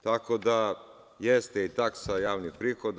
Tako da jeste i taksa javni prihod.